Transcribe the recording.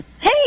Hey